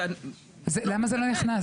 למה זה לא נכנס?